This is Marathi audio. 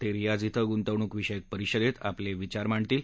ते रियाझ ॐ गुंतवणूक विषयक परिषदेत आपले विचार मांडतील